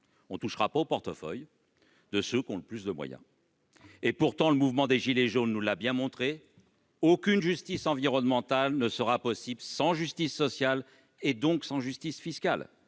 on ne touchera pas au portefeuille de ceux qui ont le plus de moyens ! Pourtant, le mouvement des gilets jaunes nous l'a bien montré : aucune justice environnementale ne sera possible sans justice sociale et, donc, sans justice fiscale.